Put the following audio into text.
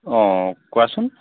অঁ কোৱাচোন